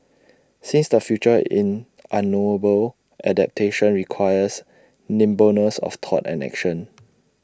since the future in unknowable adaptation requires nimbleness of thought and action